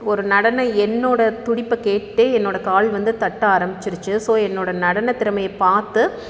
ஒரு நடனம் என்னோடய துடிப்பக்கேட்டு என்னோடய கால் வந்து தட்ட ஆரம்பிச்சிடுச்சி ஸோ என்னோடய நடனத்திறமையை பார்த்து